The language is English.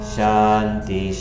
Shanti